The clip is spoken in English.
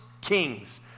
Kings